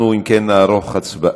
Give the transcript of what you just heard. אנחנו, אם כן, נערוך הצבעה.